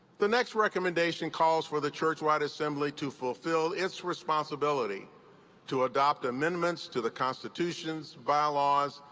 the next recommendation calls for the churchwide assembly to fulfill its responsibility to adopt amendments to the constitutions, bylaws,